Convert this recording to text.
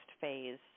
phase